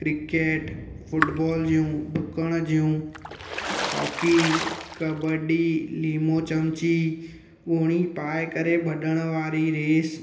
cricket football जूं ॾुकणु जूं हॉकी कबड्डी लीमो चमची ॻोणी पाए करे भॼण वारी रेस